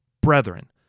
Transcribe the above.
Brethren